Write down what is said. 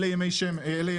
אלה ימי גשם.